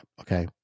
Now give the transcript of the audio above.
okay